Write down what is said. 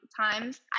times